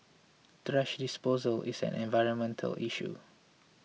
thrash disposal is an environmental issue